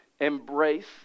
embrace